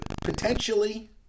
potentially